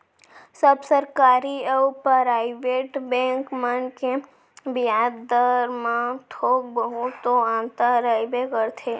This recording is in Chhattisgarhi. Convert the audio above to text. सब सरकारी अउ पराइवेट बेंक मन के बियाज दर म थोक बहुत तो अंतर रहिबे करथे